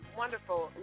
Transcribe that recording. wonderful